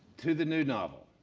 to the new novel,